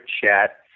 chat